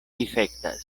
difektas